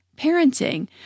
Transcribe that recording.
parenting